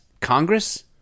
Congress